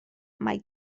mae